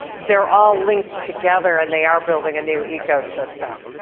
they're all linked together, and they are building a new ecosystem.